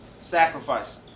sacrifice